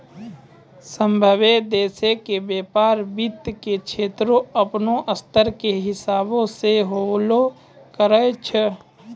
सभ्भे देशो के व्यपार वित्त के क्षेत्रो अपनो स्तर के हिसाबो से होलो करै छै